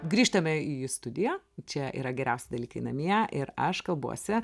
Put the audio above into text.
grįžtame į studiją čia yra geriausi dalykai namie ir aš kalbuosi